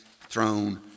throne